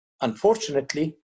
unfortunately